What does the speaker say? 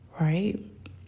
right